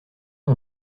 ont